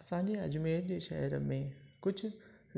असांजे अजमेर जे शहर में कुझु